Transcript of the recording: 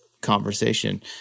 conversation